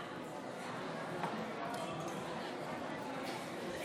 (קורא בשמות חברי הכנסת)